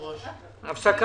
הישיבה ננעלה בשעה 12:10.